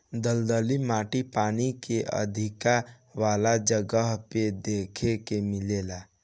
दलदली माटी पानी के अधिका वाला जगह पे देखे के मिलेला